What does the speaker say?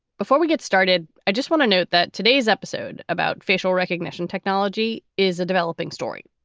before we get started, i just want to note that today's episode about facial recognition technology is a developing story.